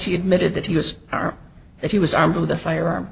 she admitted that he was are that he was armed with a firearm